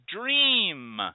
Dream